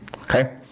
okay